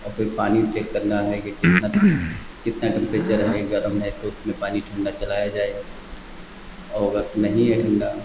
और फ़िर पानी भी चेक करना है कि कितना कितना टेम्परेचर है गरम है तो उसमें पानी ठंडा चलाया जाएगा और अगर नहीं है ठंडा